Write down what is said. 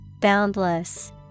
Boundless